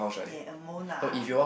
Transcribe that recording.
yea a molar